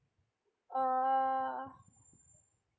uh